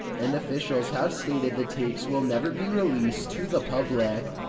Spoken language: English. and officials have stated the tapes will never be released to the public.